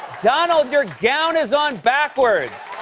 donald, your gown is on backwards.